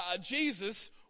Jesus